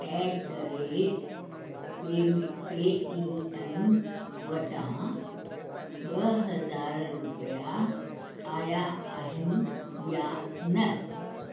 eight the rate पेमे Paytm वटां ॿ हज़ार रुपया आया आहिनि या न